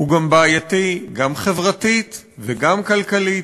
הוא גם בעייתי, גם חברתית וגם כלכלית.